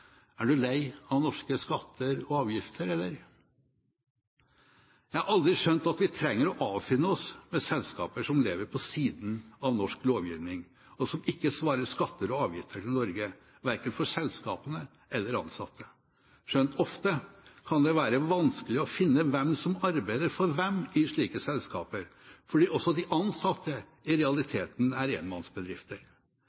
Er du lei av norske skatter og avgifter, eller …? Jeg har aldri skjønt at vi trenger å avfinne oss med selskap som lever på siden av norsk lovgivning, og som ikke svarer skatter og avgifter til Norge, verken for selskapene eller ansatte – skjønt ofte kan det være vanskelig å finne hvem som arbeider for hvem, i slike selskap, fordi også de ansatte i